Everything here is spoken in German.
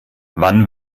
wann